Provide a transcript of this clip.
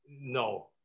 no